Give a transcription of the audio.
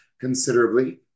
considerably